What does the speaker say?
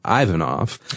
ivanov